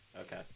Okay